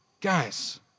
guys